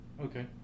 Okay